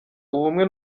ubumwe